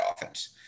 offense